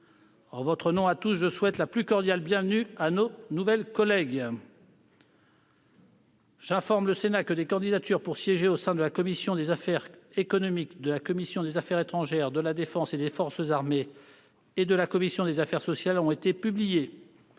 En notre nom à tous, je souhaite la plus cordiale bienvenue à nos nouvelles collègues. J'informe le Sénat que des candidatures pour siéger au sein de la commission des affaires économiques, de la commission des affaires étrangères, de la défense et des forces armées et de la commission des affaires sociales ont été publiées.